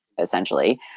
essentially